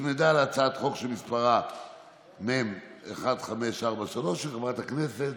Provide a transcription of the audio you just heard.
שהוצמדה להצעת חוק שמספרה מ/1543, של חברת הכנסת